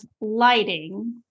lighting